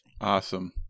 Awesome